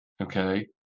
Okay